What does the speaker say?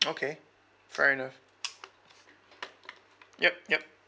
okay fair enough yup yup